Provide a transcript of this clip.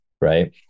right